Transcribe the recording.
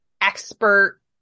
expert